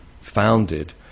founded